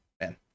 Man